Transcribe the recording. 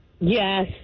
Yes